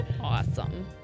Awesome